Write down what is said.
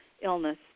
illness